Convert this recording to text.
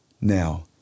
Now